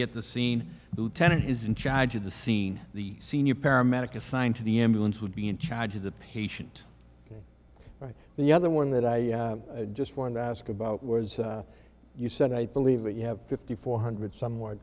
get the scene lieutenant is in charge of the scene the senior paramedic assigned to the ambulance would be in charge of the patient right and the other one that i just wanted to ask about whereas you said i believe that you have fifty four hundred some